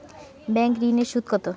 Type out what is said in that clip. Bank ঋন এর সুদ কত?